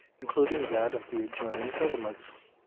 including that of the adjoining settlements.